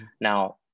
Now